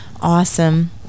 Awesome